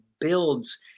builds